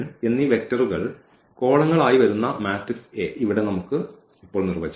എന്നീ വെക്റ്ററുകൾ കോളങ്ങൾ ആയി വരുന്ന മാട്രിക്സ് A ഇവിടെ നമുക്ക് ഇപ്പോൾ നിർവചിക്കാം